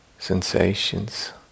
sensations